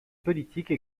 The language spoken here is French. politique